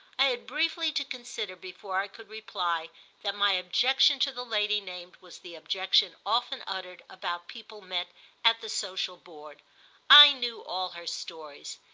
i had briefly to consider before i could reply that my objection to the lady named was the objection often uttered about people met at the social board i knew all her stories.